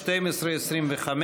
שאילתה מס' 1225,